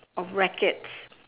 of rackets